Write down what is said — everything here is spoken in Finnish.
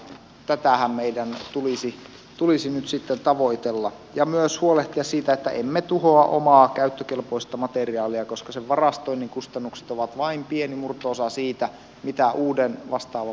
tätähän meidän tulisi nyt sitten tavoitella ja myös huolehtia siitä että emme tuhoa omaa käyttökelpoista materiaalia koska sen varastoinnin kustannukset ovat vain pieni murto osa siitä mitä uuden vastaavan materiaalin hankkiminen olisi